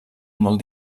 molt